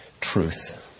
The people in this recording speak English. truth